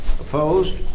Opposed